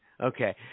Okay